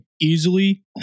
Easily